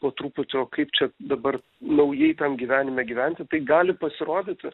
po truputį o kaip čia dabar naujai tam gyvenime gyventi tai gali pasirodyti